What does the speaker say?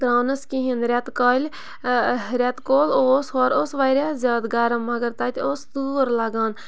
تراونَس کِہیٖنۍ رٮ۪تہٕ کالہِ رٮ۪تہٕ کول اوس ہورٕ اوس واریاہ زیادٕ گَرم مگر تَتہِ اوس تۭر لَگان